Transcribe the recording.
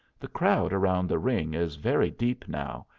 the crowd around the ring is very deep now,